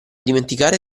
dimenticare